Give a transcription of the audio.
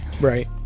Right